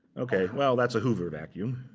ok. well, that's a hoover vacuum.